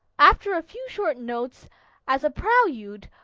after a few short notes as a prelude,